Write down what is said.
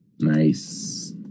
Nice